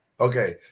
Okay